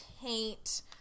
taint